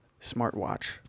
smartwatch